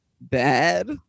bad